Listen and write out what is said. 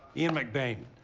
ian mcbain.